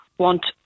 want